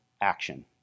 action